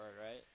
right